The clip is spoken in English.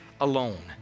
alone